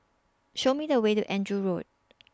Show Me The Way to Andrew Road